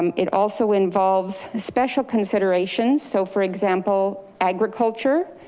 um it also involves special considerations. so for example, agriculture,